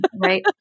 right